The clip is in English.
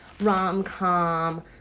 rom-com